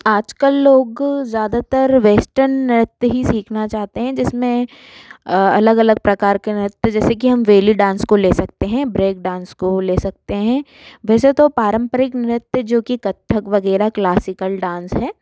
आज कल लोग ज़्यादातर वेस्टर्न नृत्य ही सीखाना चाहते है जिसमें अलग अलग प्रकार के नृत्य जैसे कि हम वेली डांस को ले सकते हैं ब्रेक डांस को ले सकते हैं वैसे तो पारंपरिक नृत्य जोकि कथक वगैरह क्लासिकल डांस है